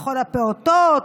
לכל הפעוטות.